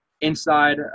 inside